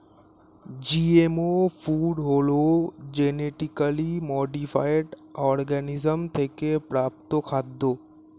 GMO food হলো genetically modified organism থেকে প্রাপ্ত খাদ্য